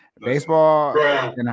Baseball